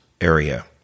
area